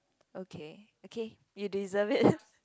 okay okay you deserve it